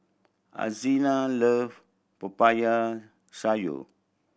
Alzina love Popiah Sayur